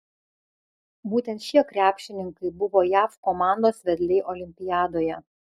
būtent šie krepšininkai buvo jav komandos vedliai olimpiadoje